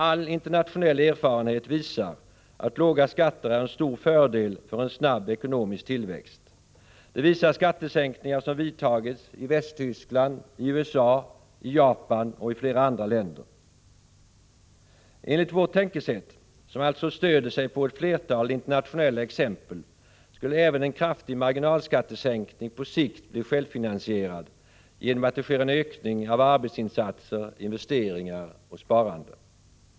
All internationell erfarenhet visar att låga skatter är en stor fördel för en snabb ekonomisk tillväxt. Det visar skattesänkningar som vidtagits i Västtyskland, i USA, i Japan och i flera andra länder. Enligt vårt tänkesätt, som alltså stöder sig på ett flertal internationella exempel, skulle även en kraftig marginalskattesänkning på sikt bli självfinansierad genom att det sker en ökning av arbetsinsatser, investeringar och sparande.